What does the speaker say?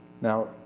Now